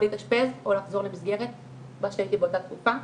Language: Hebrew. או להתאשפז או לחזור למסגרת שהייתי באותה תקופה.